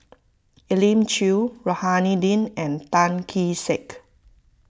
Elim Chew Rohani Din and Tan Kee Sek